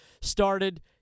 started